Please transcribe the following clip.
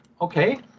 Okay